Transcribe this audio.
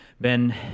Ben